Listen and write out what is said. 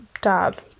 dad